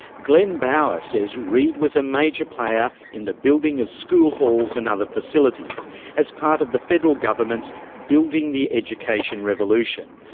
glenn bowers says reed was a major player in the building of school halls and other facilities as part of the federal government's building the education revolution,